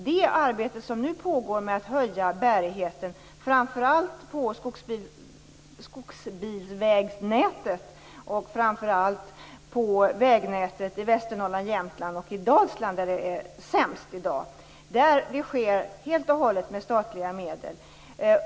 Det arbete som nu pågår med att höja bärigheten, framför allt på skogsbilsvägnätet och vägnätet i Västernorrland, Jämtland och i Dalsland där det är sämst i dag, sker helt och hållet med statliga medel.